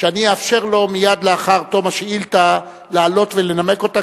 שאני אאפשר לו מייד לאחר תום השאילתא לעלות ולנמק אותה,